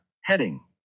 heading